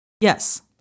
Yes